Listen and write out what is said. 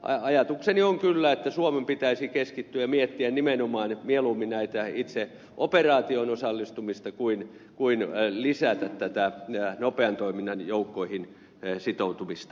ajatukseni on kyllä että suomen pitäisi keskittyä ja miettiä nimenomaan mieluummin itse operaatioon osallistumista kuin lisätä nopean toiminnan joukkoihin sitoutumista